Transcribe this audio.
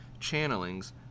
channelings